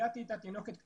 הגעתי אתה, תינוקת קטנטנה,